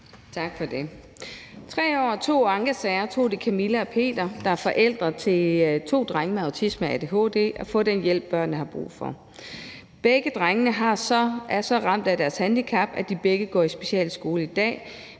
Tak for det. 3 år og to ankesager tog det Camilla og Peter, der er forældre til to drenge med autisme og adhd, at få den hjælp, børnene har brug for. Begge drenge er så ramt af deres handicap, at de går i specialskole i dag,